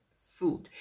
food